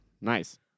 nice